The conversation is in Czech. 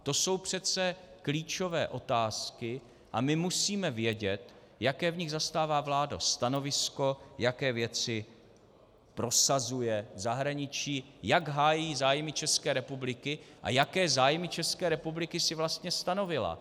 To jsou přece klíčové otázky a my musíme vědět, jaké v nich zastává vláda stanovisko, jaké věci prosazuje v zahraničí, jak hájí zájmy České republiky a jaké zájmy České republiky si vlastně stanovila.